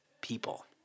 people